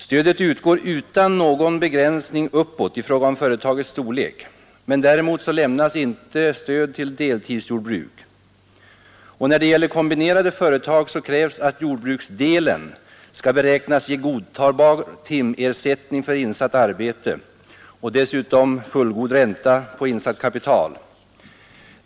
Stödet utgår utan någon begränsning uppåt i fråga om företagets storlek, men däremot lämnas inte stöd till deltidsjordbruk. När det gäller kombinerade företag krävs att jordbruksdelen skall beräknas ge godtagbar timersättning för insatt arbete och fullgod ränta på insatt kapital.